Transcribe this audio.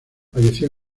falleció